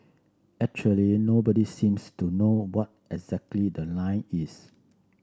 actually nobody seems to know what exactly the line is